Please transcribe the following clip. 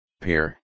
pair